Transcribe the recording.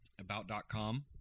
about.com